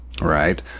right